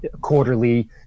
quarterly